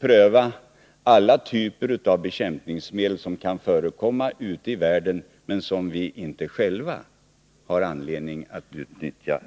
pröva alla typer av bekämpningsmedel som kan förekomma ute i världen men som vi inte själva har anledning att utnyttja.